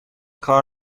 کار